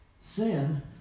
Sin